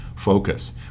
focus